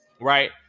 Right